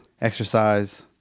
exercise